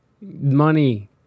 money